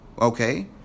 Okay